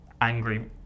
angry